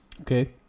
Okay